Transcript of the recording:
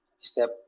step